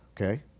okay